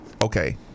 okay